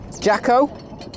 Jacko